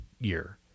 year